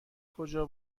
کجا